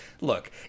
look